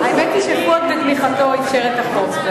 האמת היא שפואד בתמיכתו איפשר את החוק.